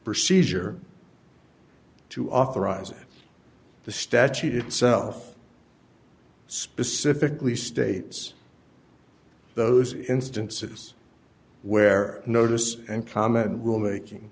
procedure to authorize the statute itself specifically states those instances where notice and comment and rulemaking